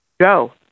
Go